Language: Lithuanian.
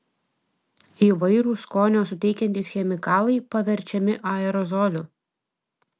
įvairūs skonio suteikiantys chemikalai paverčiami aerozoliu